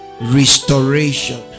Restoration